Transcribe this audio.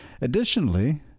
Additionally